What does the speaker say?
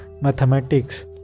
mathematics